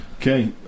okay